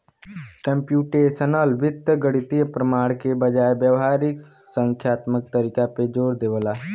computational वित्त गणितीय प्रमाण के बजाय व्यावहारिक संख्यात्मक तरीका पे जोर देवला